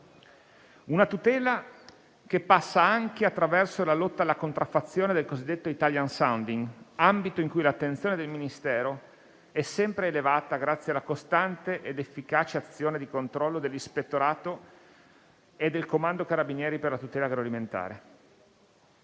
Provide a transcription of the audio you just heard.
Una tutela che passa anche attraverso la lotta alla contraffazione del cosiddetto *italian sounding*, ambito in cui l'attenzione del Ministero è sempre elevata grazie alla costante ed efficace azione di controllo dell'ispettorato e del comando Carabinieri per la tutela agroalimentare.